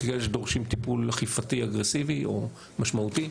כאלה שדורשים טיפול אכיפתי אגרסיבי או משמעותי.